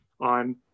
on